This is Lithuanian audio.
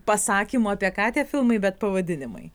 pasakymų apie ką tie filmai bet pavadinimai